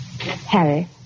Harry